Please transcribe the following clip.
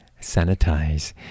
sanitize